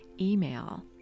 email